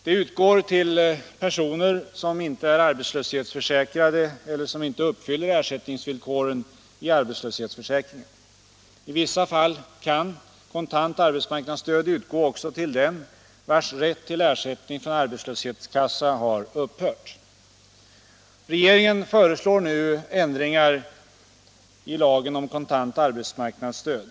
Detta utgår till personer som inte är arbetslöshetsförsäkrade eller som inte uppfyller ersättningsvillkoren i arbetslöshetsförsäkringen. I vissa fall kan kontant arbetsmarknadsstöd utgå också till den vars rätt till ersättning från arbetslöshetskassa har upphört. Regeringen föreslår nu ändringar i lagen om kontant arbetsmarknadsstöd.